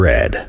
Red